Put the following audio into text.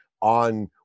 on